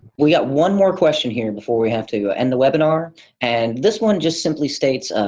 we got one more question here before we have to end the webinar and this one just simply states,